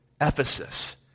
Ephesus